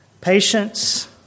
patience